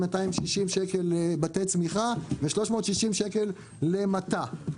260 שקל לבתי צמיחה ו-360 שקל למטע.